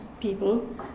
people